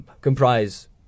comprise